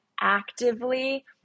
actively